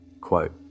Quote